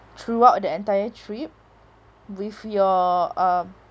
throughout the entire trip with your uh